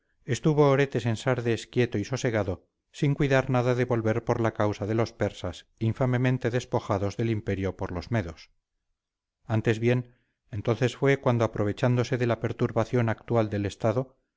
estuvo oretes en sardes quieto y sosegado sin cuidar nada de volver por la causa de los persas infamemente despojados del imperio por los medos antes bien entonces fue cuando aprovechándose de la perturbación actual del estado